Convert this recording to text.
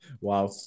wow